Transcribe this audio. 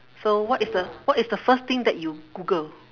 so what is the what is the first thing that you google